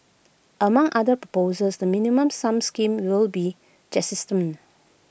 among other proposals the minimum sum scheme will be jettisoned